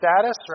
status